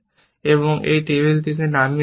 এটি টেবিল থেকে নামিয়ে রাখুন